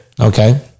okay